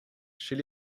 chez